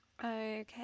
Okay